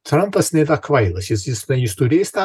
trampas nėra kvailas jis jis na jis turės tą